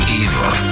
evil